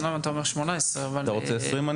אמנם אתה אומר 18. אתה רוצה 20?